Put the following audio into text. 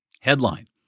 headline